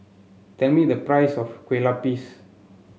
tell me the price of Kueh Lupis